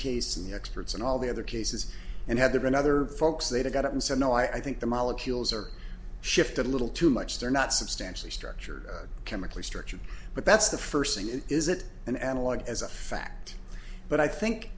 case and the experts in all the other cases and had there been other folks they got up and said no i think the molecules are shifted a little too much they're not substantially structure chemically structured but that's the first thing it is it an analog as a fact but i think